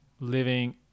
living